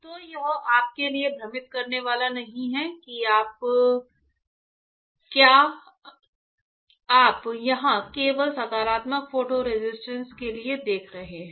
तो यह आपके लिए भ्रमित करने वाला नहीं है कि क्या आप यहां केवल सकारात्मक फोटो रेसिस्ट के लिए देख रहे हैं